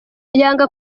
yanga